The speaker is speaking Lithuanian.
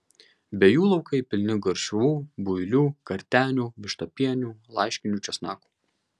be jų laukai pilni garšvų builių kartenių vištapienių laiškinių česnakų